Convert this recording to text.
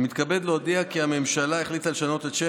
אני מתכבד להודיע כי הממשלה החליטה לשנות את שם